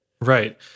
right